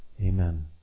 Amen